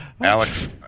Alex